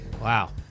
Wow